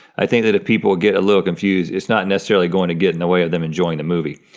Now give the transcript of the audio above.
i think that if people get a little confused, it's not necessarily going to get in the way of them enjoying the movie.